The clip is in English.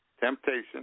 Temptation